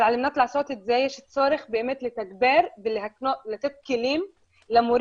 אבל כדי לעשות זאת יש צורך לתגבר ולתת כלים למורים.